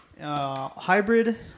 Hybrid